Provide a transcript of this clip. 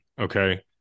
Okay